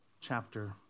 chapter